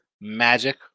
Magic